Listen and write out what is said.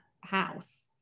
house